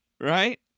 Right